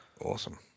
Awesome